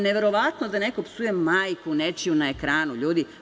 Neverovatno je da neko psuje majku nečiju na ekranu, ljudi.